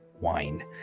wine